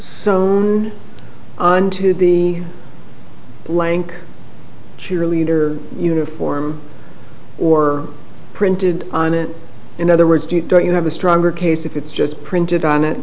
so on to the blank cheerleader uniform or printed on it in other words do you have a stronger case if it's just printed on it